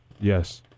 Yes